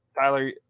Tyler